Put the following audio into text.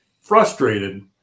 frustrated